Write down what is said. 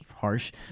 harsh